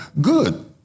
good